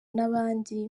n’abandi